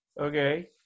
okay